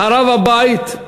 חרב הבית,